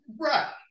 Right